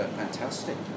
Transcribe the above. fantastic